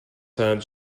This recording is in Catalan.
seran